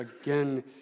again